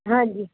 ਹਾਂਜੀ